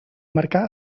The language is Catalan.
marcà